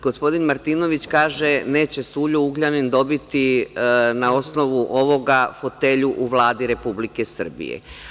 Gospodin Martinović kaže – neće Suljo Ugljanin dobiti na osnovu ovoga fotelju u Vladi Republike Srbije.